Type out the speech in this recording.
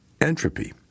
Entropy